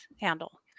handle